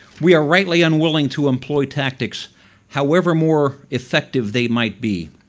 we are rightly unwilling to employ tactics however more effective they might be